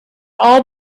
all